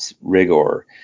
rigor